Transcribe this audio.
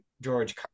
George